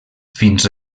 fins